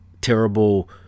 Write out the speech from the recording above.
terrible